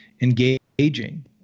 engaging